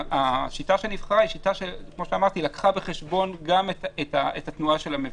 השיטה שנבחרה היא שיטה שלקחה בחשבון גם את התנועה של המבקרים.